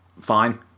fine